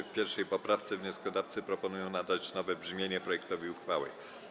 W 1. poprawce wnioskodawcy proponują nadać nowe brzmienie projektowi uchwały.